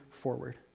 forward